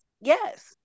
Yes